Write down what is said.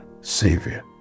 Savior